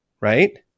right